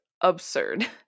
absurd